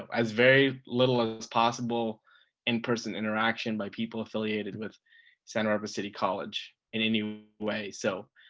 as very little and as possible in person interaction by people affiliated with santa barbara city college in any way, so,